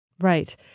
Right